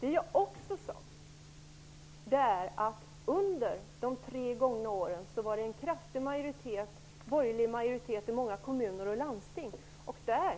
För det andra var det under de tre gångna åren en kraftig borgerlig majoritet i många kommuner och landsting. Där